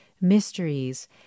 mysteries